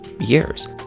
years